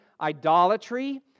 idolatry